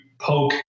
poke